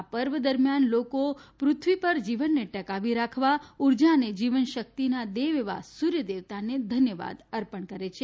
આ પર્વ દરમિયાન લોકો પૃથ્વી પર જીવનને ટકાવી રાખવા ઉર્જા અને જીવન શક્તિના દેવ એવા સુર્ય દેવતાને ધન્યવાદ અર્પણ કરે છે